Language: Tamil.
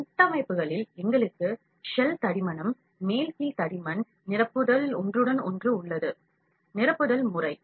கட்டமைப்புகளில் எங்களுக்கு ஷெல் தடிமன் மேல் கீழ் தடிமன் நிரப்புதல் ஒன்றுடன் ஒன்று உள்ளது நிரப்புதல் முறை